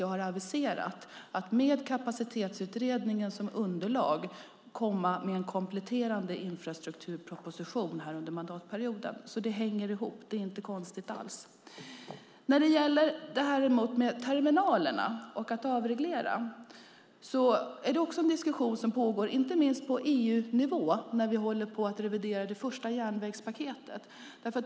Jag har aviserat att regeringen med kapacitetsutredningen som underlag ska komma med en kompletterande infrastrukturproposition under mandatperioden. Det hänger ihop; det är inte konstigt alls. När det gäller att avreglera terminalerna pågår en diskussion inte minst på EU-nivå när vi håller på att revidera det första järnvägspaketet.